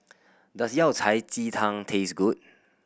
does Yao Cai ji tang taste good